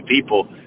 people